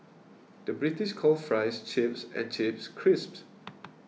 the British calls Fries Chips and Chips Crisps